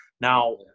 Now